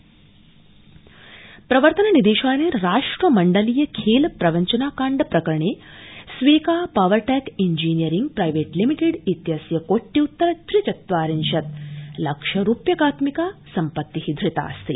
प्रवर्तन निदेशालय प्रवर्तन निदेशालयेन राष्ट्रमण्डलीय खेल प्रवञ्चनाकाण्ड प्रकरणे स्वेका पावरटेक इंजीनियरिंग प्राइवेट लिमिटेड इत्यस्य कोट्य्त्तर त्रिचत्वारिंशत् लक्ष रुप्यकात्मिका सम्पत्ति धृतास्ति